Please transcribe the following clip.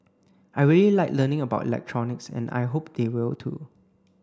I really like learning about electronics and I hope they will too